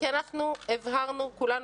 כי אנחנו הבהרנו כולנו,